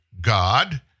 God